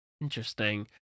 interesting